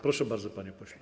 Proszę bardzo, panie pośle.